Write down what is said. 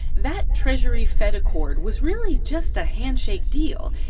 that treasury-fed accord was really just a handshake deal.